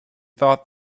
thought